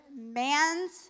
man's